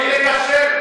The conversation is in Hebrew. אנחנו יכולים לגשר?